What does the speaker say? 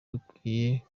rukwiye